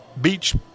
beach